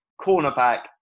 cornerback